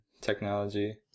technology